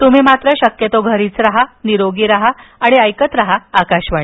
तुम्ही मात्र घरीच रहा निरोगी रहा आणि ऐकत रहा आकाशवाणी